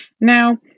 Now